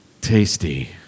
tasty